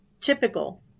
typical